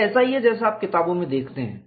यह ऐसा ही है जैसा आप किताबों में देखते हैं